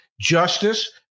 Justice